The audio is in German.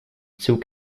zug